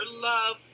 love